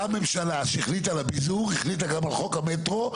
אותה ממשלה שהחליטה על הביזור החליטה גם על חוק המטרו,